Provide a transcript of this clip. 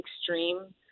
extreme